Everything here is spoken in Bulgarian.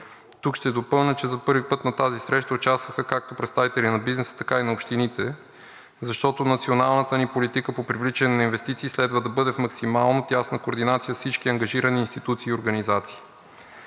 Тук ще допълня, че за първи път на тази среща участваха както представители на бизнеса, така и на общините, защото националната ни политика по привличане на инвестиции следва да бъде в максимално тясна координация с всички ангажирани институции и организации.